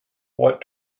what